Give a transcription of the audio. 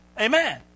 Amen